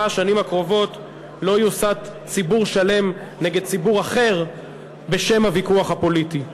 השנים הקרובות לא יוסת ציבור שלם נגד ציבור אחר בשם הוויכוח הפוליטי.